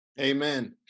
Amen